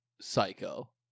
Psycho